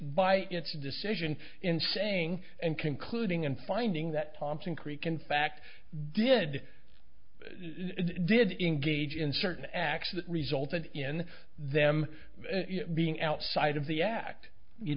by its decision in saying and concluding and finding that thompson creek in fact did did engage in certain acts that resulted in them being outside of the act you